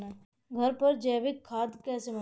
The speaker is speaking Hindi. घर पर जैविक खाद कैसे बनाएँ?